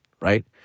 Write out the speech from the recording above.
right